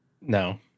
No